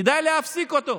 כדאי להפסיק אותו,